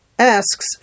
asks